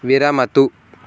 विरमतु